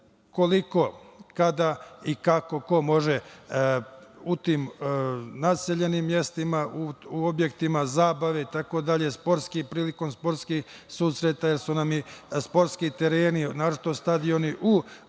koliko, kada i kako ko može u tim naseljenim mestima, u objektima zabave itd, prilikom sportskih susreta, jer su nam i sportski tereni, naročito stadioni u urbanim